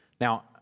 Now